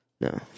No